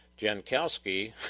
Jankowski